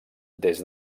des